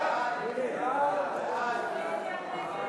סעיף 2,